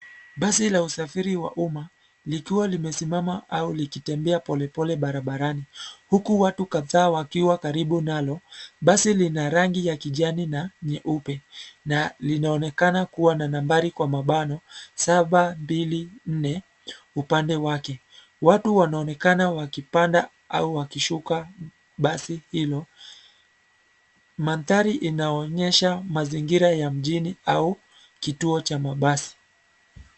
Basi la usafiri wa umma likiwa limesimama au likitembea polepole barabarani, huku watu kabisa wakiwa karibu nalo basi ni la rangi ya kijani na nyeupe na linaonekana kua na nambari kwa mabano 724 upande wake. Watu wanaonekana wakipanda au wakishuka basi hilo. Mandhari inaonyesha mazingira ya mjini au kituo cha mabasi.